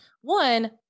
One